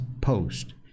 post